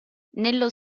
nello